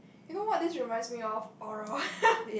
you know what this reminds me of oral